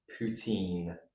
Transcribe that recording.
poutine